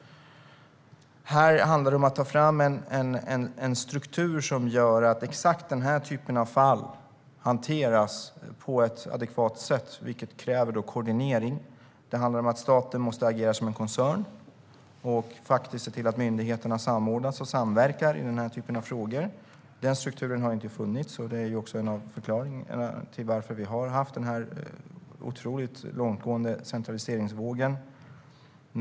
Det handlar om att ta fram en struktur som gör att exakt den här typen av fall hanteras på ett adekvat sätt, vilket kräver koordinering. Det handlar om att staten måste agera som en koncern och se till att myndigheterna samordnas och samverkar i den här typen av frågor. Den strukturen har inte funnits, och det är en av förklaringarna till att vi har haft denna otroligt långtgående centraliseringsvåg.